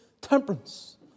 temperance